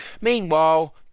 Meanwhile